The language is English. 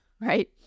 right